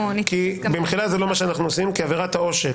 עבירתה עושק,